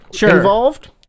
involved